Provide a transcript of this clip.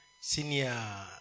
senior